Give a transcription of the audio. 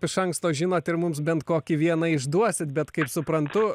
iš anksto žinot ir mums bent kokį vieną išduosit bet kaip suprantu